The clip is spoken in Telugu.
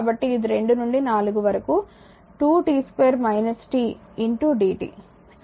కాబట్టి ఇది 2 నుండి 4 వరకు 2 t 2 t dt